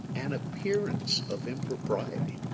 an appearance of impropriety.